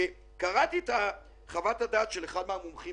קראתי את חוות הדעת של אחד המומחים